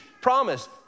promise